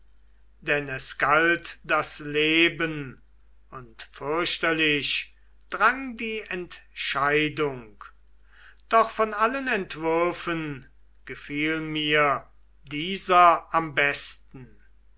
denn es galt das leben und fürchterlich drang die entscheidung doch von allen entwürfen gefiel mir dieser am besten